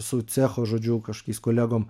su cecho žodžiu kažkokiais kolegom